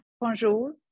bonjour